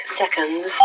seconds